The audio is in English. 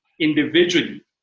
individually